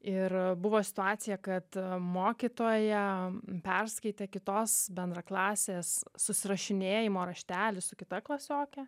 ir buvo situacija kad mokytoja perskaitė kitos bendraklasės susirašinėjimo raštelį su kita klasioke